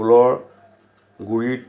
ফুলৰ গুৰিত